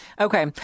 Okay